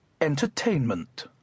entertainment